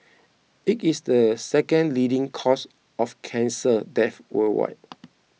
it is the second leading cause of cancer death worldwide